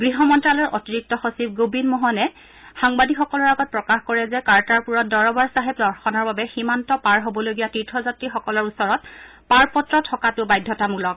গৃহ মন্তালয়ৰ অতিৰিক্ত সচিব গোবিন্দ মোহনে সাংবাদিকসকলৰ আগত প্ৰকাশ কৰে যে কাৰ্টাৰপুৰত দৰবাৰ চাহেব দৰ্শনৰ বাবে সীমান্ত পাৰ হবলগীয়া তীৰ্থযাত্ৰীসকলৰ ওচৰত পাৰপত্ৰ থকাটো বাধ্যতামূলক